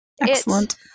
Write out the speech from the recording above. Excellent